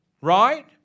Right